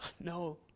No